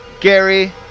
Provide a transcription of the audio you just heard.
Gary